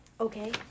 Okay